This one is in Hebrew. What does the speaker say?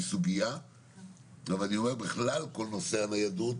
סוגיה אבל אני אומר שבכלל כל נושא הניידות